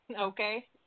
Okay